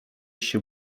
się